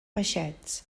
peixets